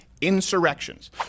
insurrections